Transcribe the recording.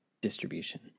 distribution